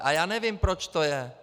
A já nevím, proč to je.